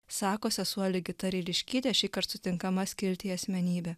sako sesuo ligita ryliškytė šįkart sutinkama skiltyje asmenybė